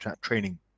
training